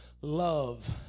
love